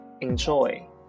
enjoy